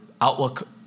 outlook